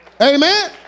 Amen